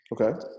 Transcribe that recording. okay